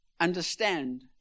understand